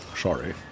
sorry